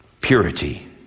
purity